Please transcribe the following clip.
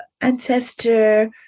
ancestor